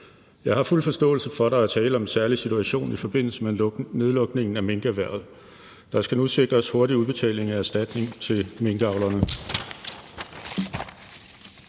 Jeg har fuld forståelse for, at der er tale om en særlig situation i forbindelse med nedlukningen af minkerhvervet. Der skal nu sikres hurtig udbetaling af erstatning til minkavlerne.